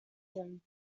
him